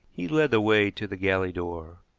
he led the way to the galley door.